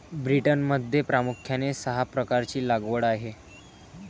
ब्रिटनमध्ये प्रामुख्याने सहा प्रकारची लागवड आहे